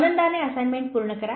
आनंदाने असाइनमेंट पूर्ण करा